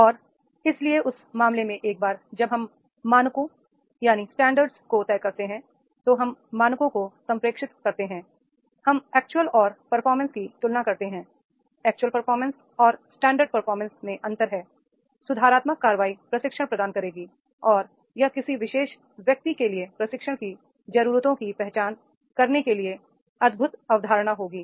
और इसलिए उस मामले में एक बार जब हम मानकों को तय करते हैं तो हम मानकों को संप्रेषित करते हैं हम एक्चुअल और परफॉर्मेंस की तुलना करते हैं एक्चुअल परफॉर्मेंस और स्टैंडर्ड परफॉर्मेंसमें अंतर है सुधारात्मक कार्रवाई प्रशिक्षण प्रदान करेगी और यह किसी विशेष व्यक्ति के लिए प्रशिक्षणकी जरूरतों की पहचान करने के लिए अद्भुत अवधारणा होगी